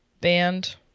band